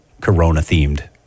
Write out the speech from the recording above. Corona-themed